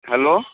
hello